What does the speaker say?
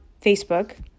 Facebook